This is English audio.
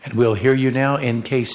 and we'll hear you now in case